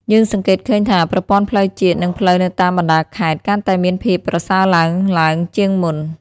យើងសង្កេតឃើញថា ប្រព័ន្ធផ្លូវជាតិ និងផ្លូវនៅតាមបណ្តាខេត្តកាន់តែមានភាពប្រសើរឡើងឡើងជាងមុន។